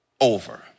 Over